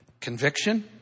Conviction